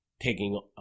taking